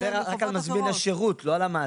זה מדבר רק על מזמין השירות, לא על המעסיק.